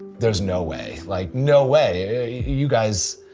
there's no way, like no way. you guys,